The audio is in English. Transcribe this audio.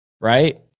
right